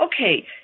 okay